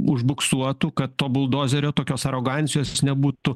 užbuksuotų kad to buldozerio tokios arogancijos nebūtų